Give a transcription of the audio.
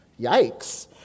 yikes